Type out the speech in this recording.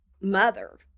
mother